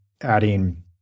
adding